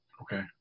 Okay